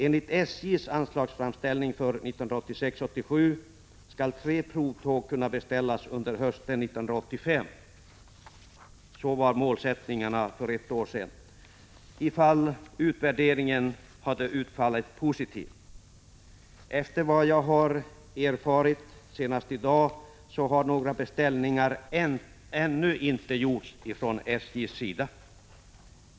Enligt SJ:s anslagsframställning för 1986/87 skall tre provtåg kunna beställas under hösten 1985 om utvärderingen utfaller positivt — så var målsättningen för ett år sedan. Efter vad jag erfarit senast i dag har SJ ännu inte gjort några beställningar.